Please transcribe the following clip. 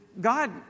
God